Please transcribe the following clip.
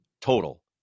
total